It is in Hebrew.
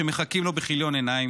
שמחכים לו בכיליון עיניים,